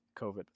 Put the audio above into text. COVID